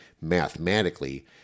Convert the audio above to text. Mathematically